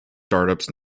startups